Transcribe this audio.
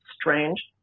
strange